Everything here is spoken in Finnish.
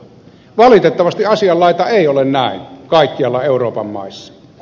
valitettavasti asianlaita ei ole näin kaikkialla euroopan maissa